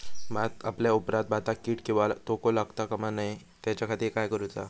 भात कापल्या ऑप्रात भाताक कीड किंवा तोको लगता काम नाय त्याच्या खाती काय करुचा?